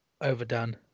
overdone